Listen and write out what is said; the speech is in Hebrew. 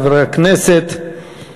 יעלה חבר הכנסת יצחק וקנין,